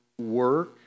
work